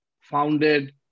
founded